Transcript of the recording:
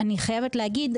אני חייבת להגיד,